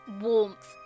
warmth